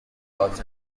los